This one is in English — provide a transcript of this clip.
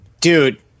dude